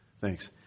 Thanks